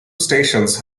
stations